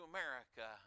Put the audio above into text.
America